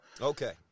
Okay